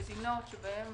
מדינות שבהן